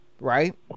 right